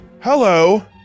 Hello